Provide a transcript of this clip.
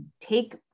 take